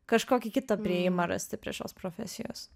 kažkokį kitą priėjimą rasti prie šios profesijos